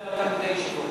לא היה, הישיבות.